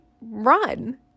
run